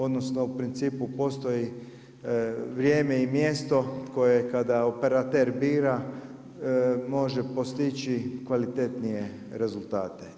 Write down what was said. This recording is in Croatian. Odnosno, u principu postoji i vrijeme i mjesto koje kada operater bira može postići kvalitetnije rezultate.